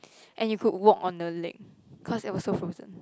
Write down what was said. and you could walk on the lake cause it was so frozen